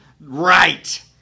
right